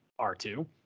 R2